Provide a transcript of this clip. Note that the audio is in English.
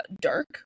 dark